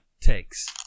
takes